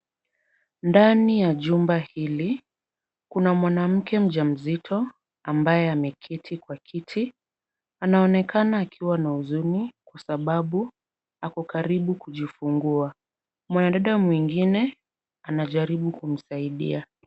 Ndani ya jumba hili, kuna mwanamke mjamzito ambaye ameketi kwa kiti. Anaonekana akiwa na huzuni kwasababu ako karibu kujifungua. Mwanadada mwingine anajaribu kumsaidia.